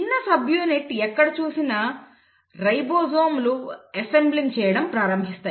చిన్న సబ్యూనిట్ ఎక్కడ చూసినా రైబోజోమ్లు అసెంబ్లింగ్ చేయడం ప్రారంభిస్తాయి